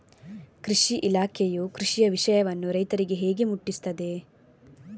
ಕೃಷಿ ಇಲಾಖೆಯು ಕೃಷಿಯ ವಿಷಯವನ್ನು ರೈತರಿಗೆ ಹೇಗೆ ಮುಟ್ಟಿಸ್ತದೆ?